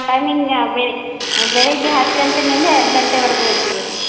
timing ಬೆಳ್ ಬೆಳಿಗ್ಗೆ ಹತ್ತು ಗಂಟೆಯಿಂದ ಎರಡು ಗಂಟೆವರೆಗೂ ಇರ್ತೀವಿ ರೀ